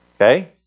Okay